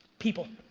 people.